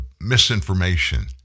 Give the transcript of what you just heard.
misinformation